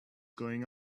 going